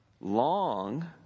Long